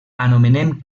anomenem